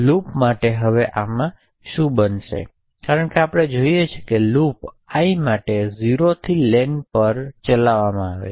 loop માટે હવે આમાં શું બનશે કારણ કે આપણે જોઈએ છીએ કે લૂપ I માટે 0 થી len થી ઓછા પર ચાલે છે